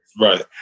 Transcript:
Right